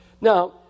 Now